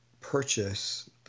purchase